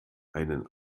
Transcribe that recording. einen